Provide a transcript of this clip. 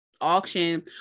auction